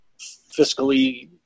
fiscally